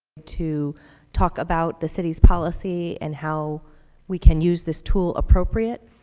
to talk about the city's policy and how we can use this tool appropriate,